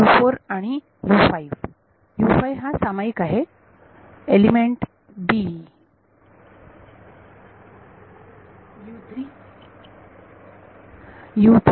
आणि हा सामायिक आहे एलिमेंट b विद्यार्थी